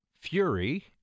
fury